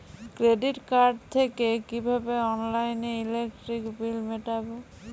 Credit card থেকে কিভাবে অনলাইনে ইলেকট্রিক বিল মেটাবো?